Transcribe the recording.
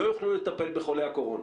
לא יוכלו לטפל בחולי קורונה.